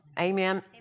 Amen